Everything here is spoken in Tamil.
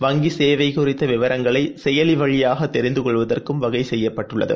வங்கிசேவைகுறித்தவிவரங்களைசெயலிவழியாகதெரிந்துகொள்வதற்கும் வகைசெய்யப்பட்டுள்ளது